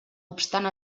obstant